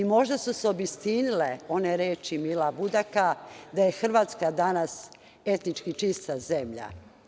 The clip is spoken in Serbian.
Možda su se obistinile one reči Mila Budaka, da je Hrvatska danas etnički čista zemlja.